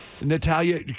Natalia